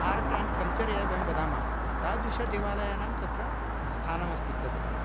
art and culture ये वयं वदामः तादृशदेवालयानां तत्र स्थानमस्ति तत्र